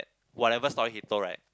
whatever story he told right